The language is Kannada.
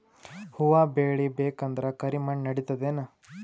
ಹುವ ಬೇಳಿ ಬೇಕಂದ್ರ ಕರಿಮಣ್ ನಡಿತದೇನು?